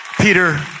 Peter